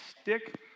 stick